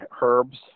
herbs